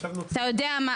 אתה יודע מה,